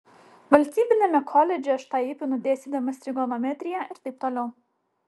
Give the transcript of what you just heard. valstybiniame koledže aš tą įpinu dėstydamas trigonometriją ir taip toliau